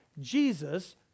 Jesus